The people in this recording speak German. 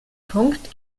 punkt